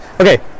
okay